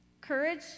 Courage